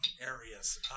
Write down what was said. areas